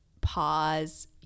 pause